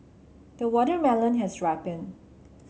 the watermelon has ripened